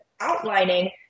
outlining